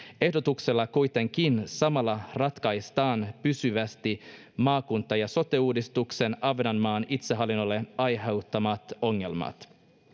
ehdotuksella kuitenkin samalla ratkaistaan pysyvästi maakunta ja sote uudistuksen ahvenanmaan itsehallinnolle aiheuttamat ongelmat